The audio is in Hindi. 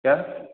क्या